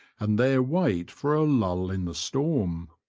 and there wait for a lull in the storm.